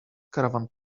caravan